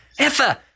Effa